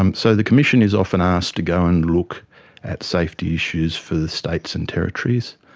um so the commission is often asked to go and look at safety issues for the states and territories.